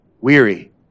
weary